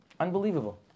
Unbelievable